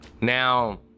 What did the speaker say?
now